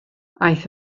aeth